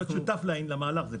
להיות שותף למהלך.